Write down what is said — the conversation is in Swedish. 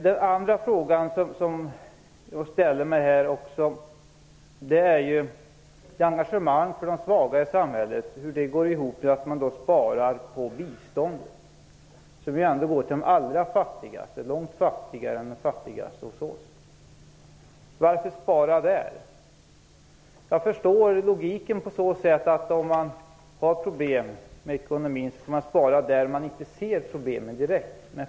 Den andra fråga jag ställer mig är hur ert engagemang för de svaga i samhället går ihop med att man sparar på bistånd, som ju ändå går till de allra fattigaste, långt fattigare än de fattigaste hos oss. Varför spara där? Jag förstår logiken på så sätt att om man har problem så skall man spara där man inte ser problemen direkt.